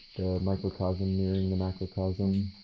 microcosm mirroring the macrocosm.